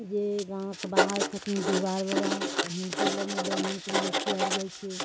जे गाँवके बाहर छथिन डिहबार बाबा तऽ हुनके लगमे ब्राह्मण कुमारि खुआएल जाइत छै